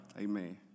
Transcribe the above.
Amen